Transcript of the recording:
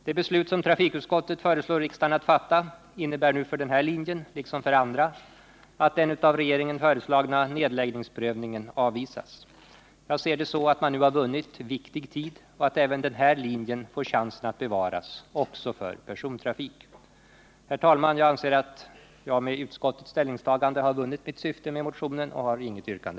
Det beslut som trafikutskottet föreslår riksdagen att fatta innebär för denna linje, liksom för andra, att den av regeringen föreslagna nedläggningsprövningen avvisas. Jag ser det så, att man nu har vunnit viktig tid och att även den här linjen får chansen att bevaras — också för persontrafik. Herr talman! Jag anser att jag med utskottets ställningstagande har vunnit mitt syfte med motionen, och jag har därför inget yrkande.